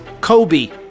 Kobe